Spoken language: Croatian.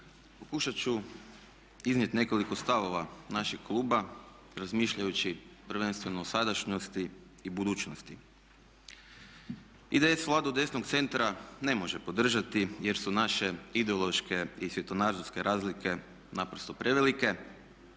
Pokušat ću iznijeti nekoliko stavova našeg kluba razmišljajući prvenstveno o sadašnjosti i budućnosti. IDS vladu desnog centra ne može podržati jer su naše ideološke i svjetonazorske razlike naprosto prevelike.